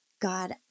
God